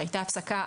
הייתה הפסקה,